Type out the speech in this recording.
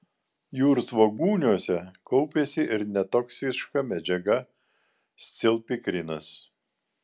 jūrsvogūniuose kaupiasi ir netoksiška medžiaga scilpikrinas